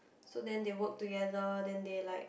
so then they work together then they like